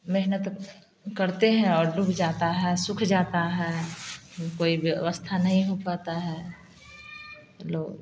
मेहनत करते हैं और डूब जाता है सूख जाता है कोई व्यवस्था नहीं हो पता है हम लोग